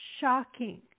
shocking